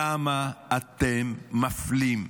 למה אתם מפלים?